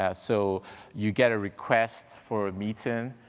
ah so you get a request for a meeting.